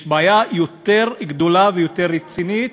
יש בעיה יותר גדולה ויותר רצינית,